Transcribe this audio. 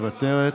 מוותרת.